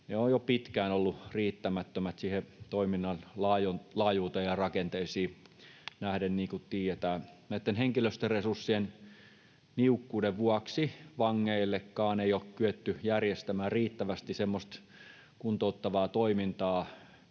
ovat jo pitkään olleet riittämättömät siihen toiminnan laajuuteen ja rakenteisiin nähden, niin kuin tiedetään. Näitten henkilöstöresurssien niukkuuden vuoksi vangeillekaan ei ole kyetty järjestämään riittävästi kuntouttavaa toimintaa